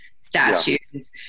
statues